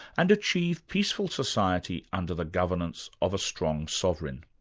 and achieve peaceful society under the governance of a strong sovereign.